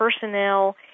personnel